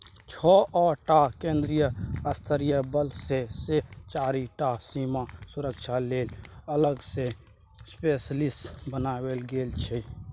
छअ टा केंद्रीय सशस्त्र बल मे सँ चारि टा सीमा सुरक्षा लेल अलग सँ स्पेसली बनाएल गेल छै